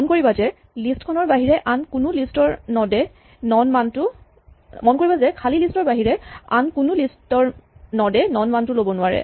মন কৰিবা যে খালী লিষ্ট ৰ বাহিৰে আন কোনো লিষ্ট ৰ নড এ নন মান টো ল'ব নোৱাৰে